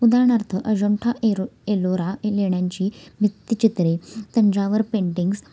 उदाहरणार्थ अजंठा एरो एलोरा लेण्यांची भित्तिचित्रे तंजावर पेंटिंग्स